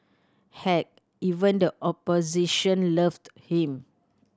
heck even the opposition loved him